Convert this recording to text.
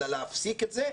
אלא להפסיק את זה,